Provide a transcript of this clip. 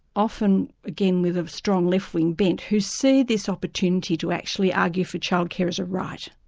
often again with a strong left-wing bent, who see this opportunity to actually argue for childcare as a right,